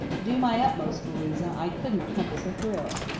do my utmost, louisa, i couldn't compass a thrill.